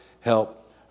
help